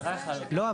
לא,